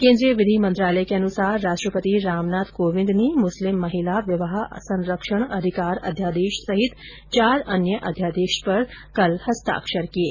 केन्द्रीय विधि मंत्रालय के अनुसार राष्ट्रपति रामनाथ कोविंद ने मुस्लिम महिला विवाह संरक्षण अधिकार अध्यादेश सहित चार अन्य अध्यादेश पर कल हस्ताक्षर किये